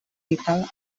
vital